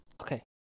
Okay